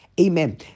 Amen